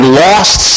lost